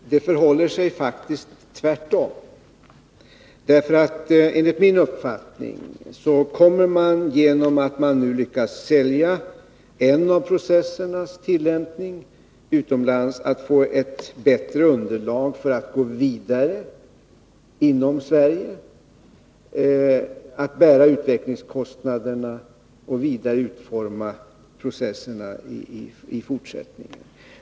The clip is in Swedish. Fru talman! Det förhåller sig faktiskt tvärtom. Enligt min uppfattning kommer man, genom att man till utlandet nu lyckats sälja tillämpningsmetoden för en av processerna, att få ett bättre underlag för att gå vidare inom Sverige, att bära utvecklingskostnaderna och vidare utforma processerna i fortsättningen.